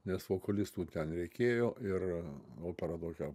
nes vokalistų ten reikėjo ir opera tokia